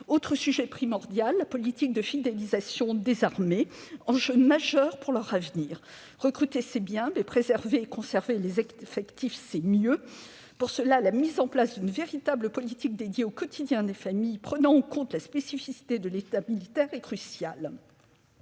outil militaire. La politique de fidélisation des armées, enjeu majeur pour leur avenir, constitue un autre sujet primordial. Recruter, c'est bien ; préserver et conserver les effectifs, c'est mieux. Pour cela, la mise en place d'une véritable politique dédiée au quotidien des familles prenant en compte la spécificité de l'état militaire est cruciale.